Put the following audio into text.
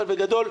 אבל בגדול,